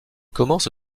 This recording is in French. commence